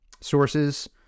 sources